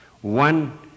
One